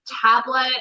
tablet